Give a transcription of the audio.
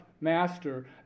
master